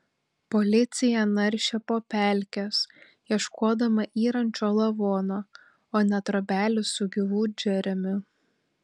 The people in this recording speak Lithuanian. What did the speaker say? policija naršė po pelkes ieškodama yrančio lavono o ne trobelės su gyvu džeremiu